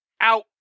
out